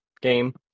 game